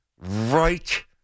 Right